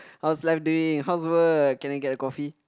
how's life doing how's work can I get a coffee